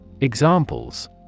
Examples